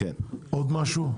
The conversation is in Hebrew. כן עוד משהו?